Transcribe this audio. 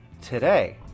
today